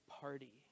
party